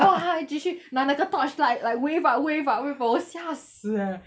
然后他还继续拿那个 torch light like wave ah wave ah wave ah 我吓死 eh